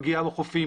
הפגיעה בחופים,